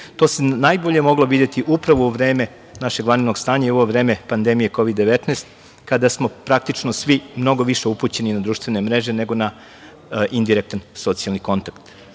To se najbolje moglo videti upravo u vreme našeg vanrednog stanja i u ovo vreme pandemije Kovid 19 kada smo praktično svi mnogo više upućeni na društvene mreže nego na indirektan socijalni kontakt. Odlično